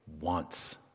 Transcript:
wants